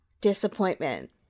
Disappointment